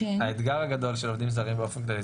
האתגר הגדול של עובדים זרים באופן כללי,